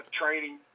training